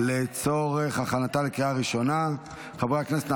חברי הכנסת,